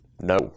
No